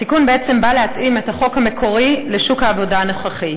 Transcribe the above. התיקון בעצם בא להתאים את החוק המקורי לשוק העבודה הנוכחי,